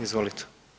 Izvolite.